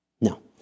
No